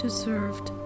Deserved